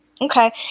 Okay